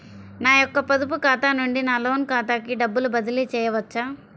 నా యొక్క పొదుపు ఖాతా నుండి నా లోన్ ఖాతాకి డబ్బులు బదిలీ చేయవచ్చా?